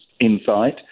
insight